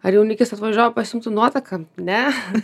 ar jaunikis atvažiuoja pasiimti su nuotaką ne